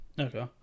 Okay